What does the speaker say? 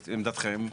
עמדתכם?